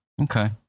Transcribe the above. Okay